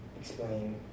explain